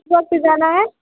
ب سے زانہ ہے